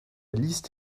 liste